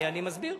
אני מסביר.